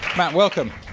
matt, welcome.